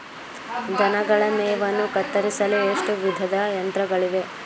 ದನಗಳ ಮೇವನ್ನು ಕತ್ತರಿಸಲು ಎಷ್ಟು ವಿಧದ ಯಂತ್ರಗಳಿವೆ?